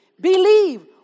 Believe